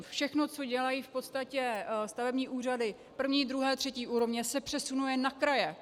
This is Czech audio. Všechno, co dělají v podstatě stavební úřady první, druhé a třetí úrovně, se přesunuje na kraje.